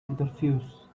interviews